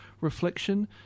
reflection